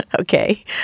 Okay